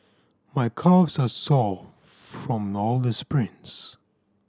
my calves are sore from all the sprints